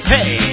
Hey